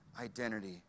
identity